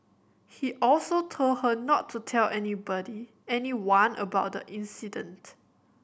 he also told her not to tell anybody anyone about the incident